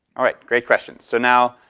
great question. so now,